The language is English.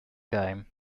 game